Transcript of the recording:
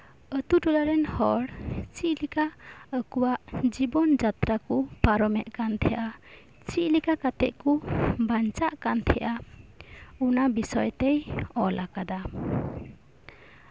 ᱟᱹᱛᱩ ᱴᱚᱞᱟ ᱨᱮᱱ ᱦᱚᱲ ᱪᱮᱫ ᱞᱮᱠᱟ ᱟᱠᱚᱣᱟᱜ ᱡᱤᱵᱚᱱ ᱡᱟᱛᱨᱟ ᱠᱚ ᱯᱟᱨᱚᱢᱮᱫ ᱠᱟᱱ ᱛᱟᱸᱦᱮᱫᱼᱟ ᱪᱮᱫ ᱞᱮᱠᱟ ᱠᱟᱛᱮᱫ ᱠᱚ ᱵᱟᱧᱪᱟᱜ ᱠᱟᱱ ᱛᱟᱸᱦᱮᱫᱼᱟ ᱚᱱᱟ ᱵᱤᱥᱚᱭ ᱛᱮᱭ ᱚᱞ ᱟᱠᱟᱫᱟ